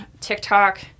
TikTok